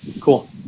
Cool